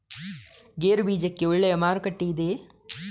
ಗೇರು ಬೀಜಕ್ಕೆ ಒಳ್ಳೆಯ ಮಾರುಕಟ್ಟೆ ಇದೆಯೇ?